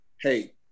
hey